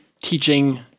teaching